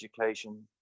education